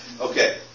Okay